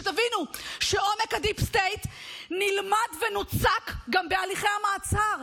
תבינו שעומק הדיפ סטייט נלמד ונוצק גם בהליכי המעצר.